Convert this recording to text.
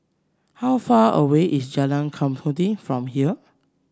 how far away is Jalan Mengkudu from here